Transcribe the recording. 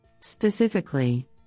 Specifically